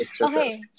Okay